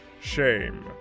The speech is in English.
Shame